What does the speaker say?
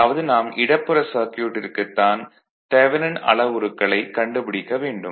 அதாவது நாம் இடப்புற சர்க்யூட்டிற்குத் தான் தெவனின் அளவுருக்களைக் கண்டுபிடிக்க வேண்டும்